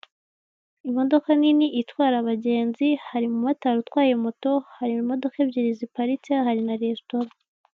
Imodoka nini itwara abagenzi, hari umumotari utwaye moto, hari imodoka ebyiri ziparitse hari na resitora.